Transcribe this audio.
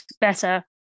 better